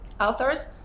Authors